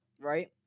right